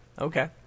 Okay